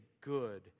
good